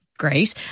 great